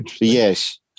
yes